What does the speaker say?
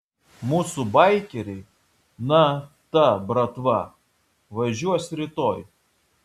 mūsų baikeriai na ta bratva važiuos rytoj